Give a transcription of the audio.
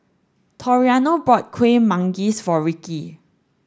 Toriano bought Kuih Manggis for Ricky